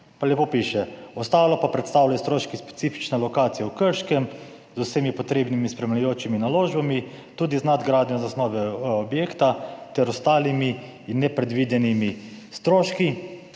Pa lepo piše: ostalo pa predstavljajo stroški specifične lokacije v Krškem z vsemi potrebnimi spremljajočimi naložbami, tudi z nadgradnjo zasnove objekta ter ostalimi in nepredvidenimi stroški.